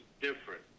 different